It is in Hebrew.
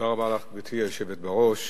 גברתי היושבת בראש,